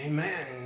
Amen